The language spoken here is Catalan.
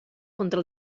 contra